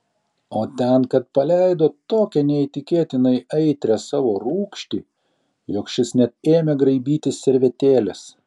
o ten kad paleido tokią neįtikėtinai aitrią savo rūgštį jog šis net ėmė graibytis servetėlės